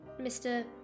Mr